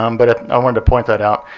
um but ah i wanted to point that out.